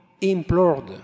implored